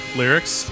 lyrics